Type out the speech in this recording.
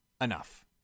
Enough